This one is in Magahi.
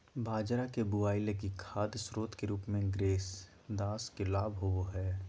बाजरा के बुआई लगी खाद स्रोत के रूप में ग्रेदास के लाभ होबो हइ